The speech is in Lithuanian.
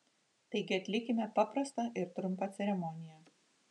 taigi atlikime paprastą ir trumpą ceremoniją